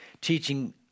teaching